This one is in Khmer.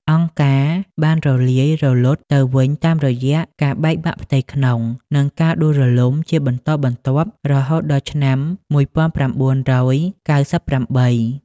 «អង្គការ» បានរលាយរលត់ទៅវិញតាមរយៈការបែកបាក់ផ្ទៃក្នុង និងការដួលរំលំជាបន្តបន្ទាប់រហូតដល់ឆ្នាំ១៩៩៨។